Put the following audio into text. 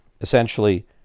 essentially